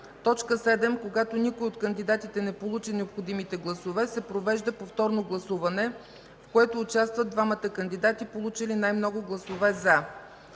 „за”. 7. Когато никой от кандидатите не получи необходимите гласове, се провежда повторно гласуване, в което участват двамата кандидати, получили най-много гласове „за”.